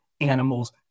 animals